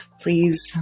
Please